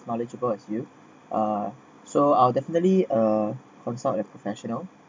knowledgeable as you uh I so I'll definitely uh consult a professional